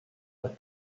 but